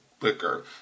liquor